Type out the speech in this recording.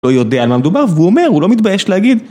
לא יודע על מה מדובר והוא אומר, הוא לא מתבייש להגיד